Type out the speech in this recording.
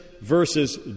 versus